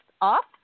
off